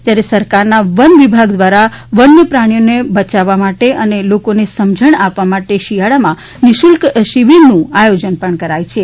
જ્યારે સરકારના વન વિભાગ દ્વારા વન્ય પ્રાણી નો બચાવવા માટે અને લોકોને સમજણ આપવા માટે શિયાળામાં નિઃશુલ્ક શિબિરનું આયોજન થાય છે